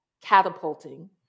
catapulting